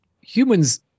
humans